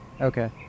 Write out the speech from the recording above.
okay